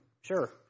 sure